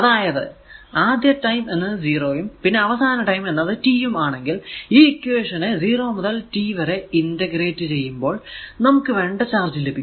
അതായതു ആദ്യ ടൈം എന്നത് 0 യും പിന്നെ അവസാന ടൈം എന്നത് t യും ആണേൽ ഈ ഇക്വേഷൻ നെ 0 മുതൽ t വരെ ഇന്റഗ്രേറ്റ് ചെയ്യുമ്പോൾ നമുക്ക് വേണ്ട ചാർജ് ലഭിക്കും